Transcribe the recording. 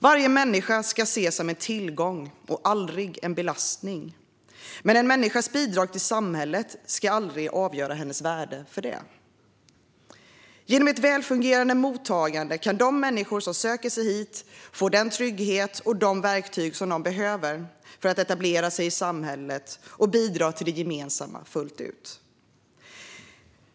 Varje människa ska ses som en tillgång och aldrig en belastning, men en människas bidrag till samhället ska aldrig avgöra hennes värde för det. Genom ett välfungerande mottagande kan de människor som söker sig hit få den trygghet och de verktyg de behöver för att etablera sig i samhället och bidra till det gemensamma fullt ut.